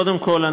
קודם כול,